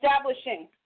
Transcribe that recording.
establishing